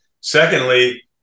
Secondly